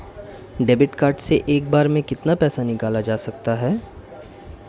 Debit card से एक बार में कितना पैसा निकाला जा सकता है?